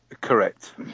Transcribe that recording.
Correct